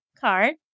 card